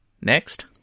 Next